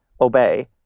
obey